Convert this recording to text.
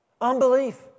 Unbelief